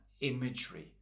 imagery